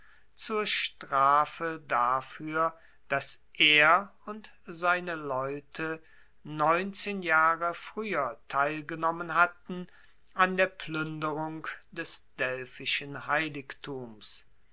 zur strafe dafuer dass er und seine leute neunzehn jahre frueher teilgenommen hatten an der pluenderung des delphischen heiligtums